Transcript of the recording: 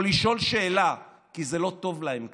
או לשאול שאלה, כי זה לא טוב להם כרגע.